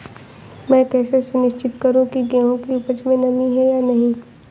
मैं कैसे सुनिश्चित करूँ की गेहूँ की उपज में नमी है या नहीं?